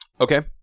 Okay